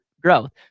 growth